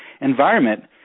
environment